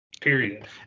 Period